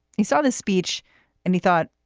he saw this speech and he thought,